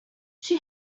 she